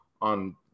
on